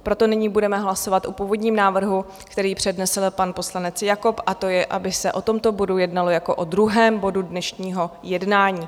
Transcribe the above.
Proto nyní budeme hlasovat o původním návrhu, který přednesl pan poslanec Jakob, a to je, aby se o tomto bodu jednalo jako o druhém bodu dnešního jednání.